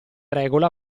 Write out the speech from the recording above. regola